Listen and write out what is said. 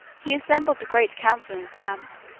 he assembled a great council in his camp,